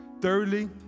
Thirdly